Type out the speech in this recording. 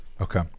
Okay